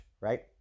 Right